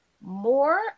More